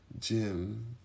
Jim